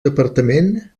departament